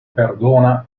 perdona